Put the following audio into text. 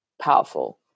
powerful